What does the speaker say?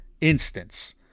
instance